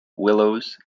willows